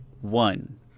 one